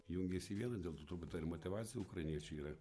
jungiasi į vieną dėl to turbūt ta ir motyvacija ukrainiečių yra